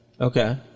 Okay